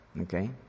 Okay